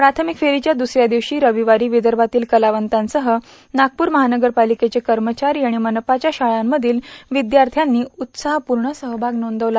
प्राथमिक फेरीच्या दुसऱ्या दिवशी रविवारी विदर्भातील कलावंतांसह नागपूर महानगरपॉलिकेचे कर्मचारी आणि मनपाच्या शाळांमधील विद्यार्थ्यांनी उत्साहपूर्ण सहभाग नोंदविला